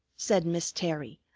said miss terry,